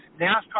NASCAR